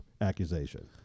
accusation